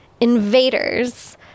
invaders